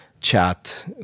chat